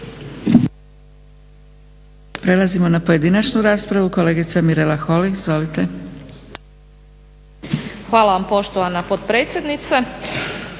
Prelazimo na pojedinačnu raspravu. Kolegica Mirela Holy. Izvolite. **Holy, Mirela (ORaH)** Hvala vam poštovana potpredsjednice.